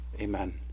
amen